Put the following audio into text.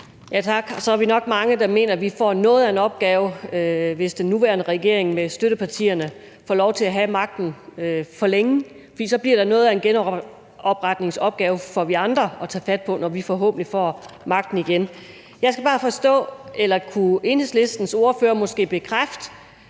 (V): Så er vi nok mange, der mener, at vi får noget af en opgave, hvis den nuværende regering med dens støttepartier får lov til at have magten for længe. Så bliver der noget af en genopretningsopgave for os andre at tage fat på, når vi forhåbentlig får magten igen. Kan Enhedslistens ordfører bekræfte,